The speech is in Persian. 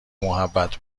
محبت